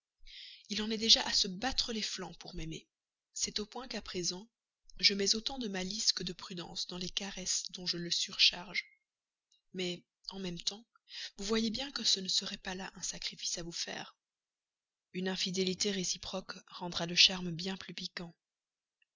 il en est déjà à se battre les flancs pour m'aimer c'est au point que je mets quelque fois autant de malice que de prudence dans les caresses dont je le surcharge mais en même temps vous voyez bien que ce ne serait pas là un sacrifice à vous faire une infidélité réciproque rendra la charme bien plus piquant